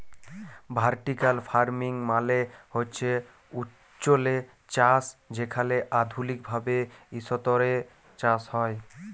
vertical farming মালে হছে উঁচুল্লে চাষ যেখালে আধুলিক ভাবে ইসতরে চাষ হ্যয়